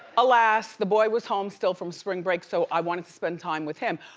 alas, the boy was home still from spring break so, i wanted to spend time with him.